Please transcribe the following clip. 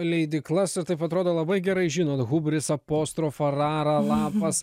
leidyklas o taip atrodo labai gerai žinot hubris apostrofa rara lapas